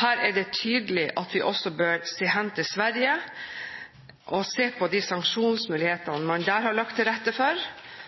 Her er det tydelig at vi også bør se hen til Sverige og se på de sanksjonsmulighetene man der har lagt til rette for,